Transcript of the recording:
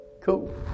cool